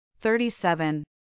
Thirty-seven